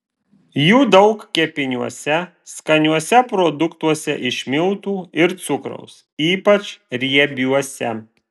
jų daug kepiniuose skaniuose produktuose iš miltų ir cukraus ypač riebiuose